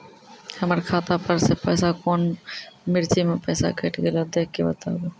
हमर खाता पर से पैसा कौन मिर्ची मे पैसा कैट गेलौ देख के बताबू?